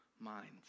minds